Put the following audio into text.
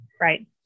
right